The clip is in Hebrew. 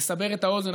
לסבר את האוזן,